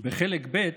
בחלק ב',